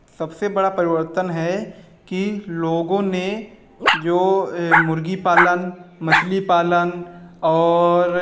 सबसे बड़ा परिवर्तन है कि लोगों ने जो मुर्गी पालन मछली पालन और